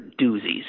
doozies